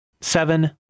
seven